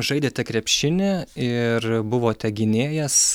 žaidėte krepšinį ir buvote gynėjas